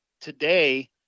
today